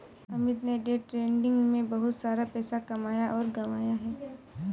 अमित ने day trading में बहुत सारा पैसा कमाया और गंवाया है